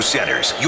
Centers